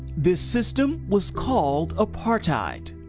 the system was called apartheid.